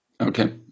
Okay